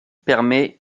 permet